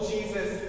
Jesus